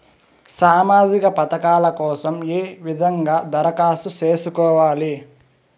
సామాజిక పథకాల కోసం ఏ విధంగా దరఖాస్తు సేసుకోవాలి